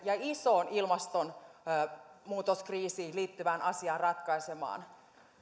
ja isoa ilmastonmuutoskriisiin liittyvää asiaa ratkaisemaan